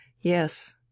Yes